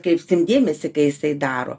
kreipsim dėmesį kai jisai daro